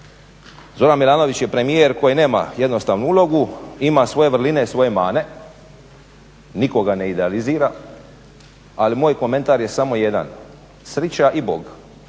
Zoran Milanović je premijer koji nema jednostavnu ulogu, ima svoje vrline i svoje mane, nikoga ne idealizira, ali moj komentar je samo jedan. Sreća i Bog